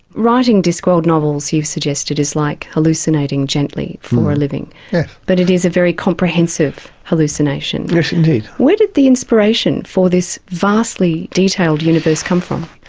writing discworld novels, you've suggested is like hallucinating gently for a living but it is a very comprehensive hallucination. yes indeed. where did the inspiration for this vastly detailed universe come from?